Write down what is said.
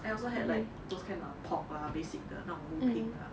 I also had like those kind of pork lah basic 的那种普品啊